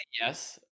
yes